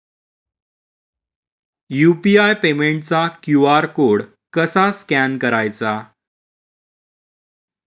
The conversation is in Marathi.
यु.पी.आय पेमेंटचा क्यू.आर कोड कसा स्कॅन करायचा?